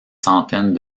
centaine